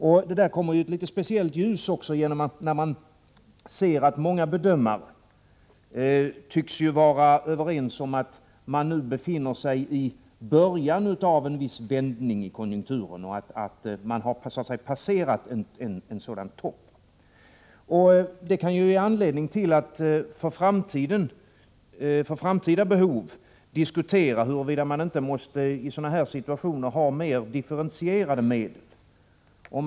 Saken kommer i ett speciellt ljus genom att många bedömare tycks vara 91 överens om att vi nu befinner oss i början av en viss vändning av konjunkturen och så att säga har passerat en topp. Det kan ju ge anledning till att för framtida behov diskutera huruvida man inte i sådana här situationer måste ha mer differentierade medel.